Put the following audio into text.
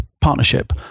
partnership